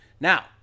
Now